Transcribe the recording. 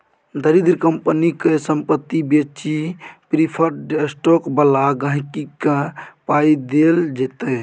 दरिद्र कंपनी केर संपत्ति बेचि प्रिफर्ड स्टॉक बला गांहिकी केँ पाइ देल जेतै